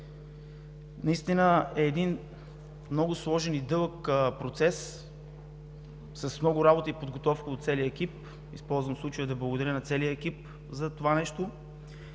Наистина е един много сложен и дълъг процес, с много работа и подготовка от целия екип. Използвам случая да благодаря на целия екип за това нещо.